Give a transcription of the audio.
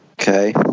Okay